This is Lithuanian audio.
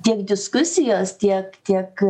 tiek diskusijos tiek tiek